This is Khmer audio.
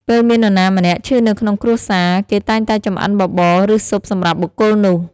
ពេលមាននរណាម្នាក់ឈឺនៅក្នុងគ្រួសារ គេតែងតែចម្អិនបបរ ឬ ស៊ុបសម្រាប់បុគ្គលនោះ។